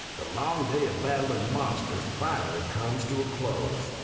the long day of battling monsters finally comes to a close,